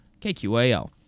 KQAL